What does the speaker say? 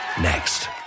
Next